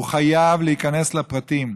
הוא חייב להיכנס לפרטים,